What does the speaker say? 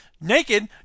naked